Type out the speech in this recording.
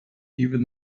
even